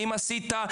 האם עשית?